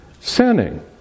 sinning